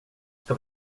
ska